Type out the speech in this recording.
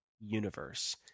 universe